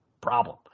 problem